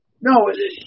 No